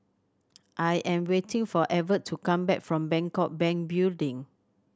I am waiting for Evertt to come back from Bangkok Bank Building